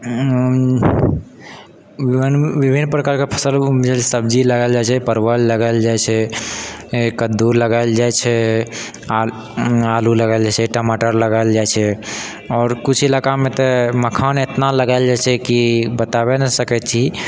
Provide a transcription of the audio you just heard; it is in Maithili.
विभिन्न प्रकारके फसल सब्जी लगायल जाइत छै परवल लगायल जाइत छै कद्दू लगायल जाइत छै आ आलू लगायल जाइत छै टमाटर लगायल जाइत छै आओर कुछ इलाकामे तऽ मखान एतना लगायल जाइत छै कि बताबे नहि सकैत छी